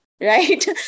right